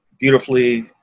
Beautifully